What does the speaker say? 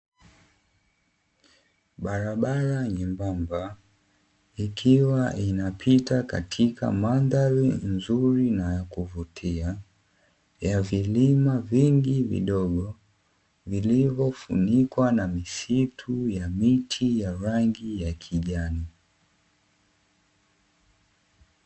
Barabara nyembamba, ikiwa inapita katika mandhari nzuri na ya kuvutia ya vilima vingi vidogo vilivyofunikwa na misitu ya miti ya rangi ya kijani.